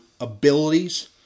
abilities